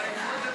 אבל לדחות למתי?